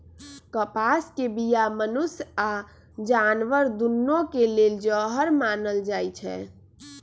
कपास के बीया मनुष्य आऽ जानवर दुन्नों के लेल जहर मानल जाई छै